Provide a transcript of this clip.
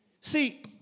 See